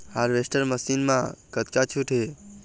Harvester machine मा कतका छूट हे?